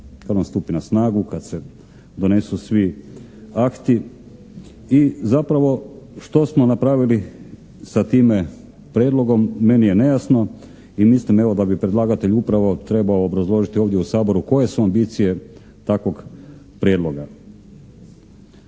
kad on stupi na snagu, kad se donesu svi akti i zapravo što smo napravili sa time prijedlogom, meni je nejasno i mislim evo da bi predlagatelj upravo trebao obrazložiti ovdje u Saboru koje su ambicije takvog prijedloga.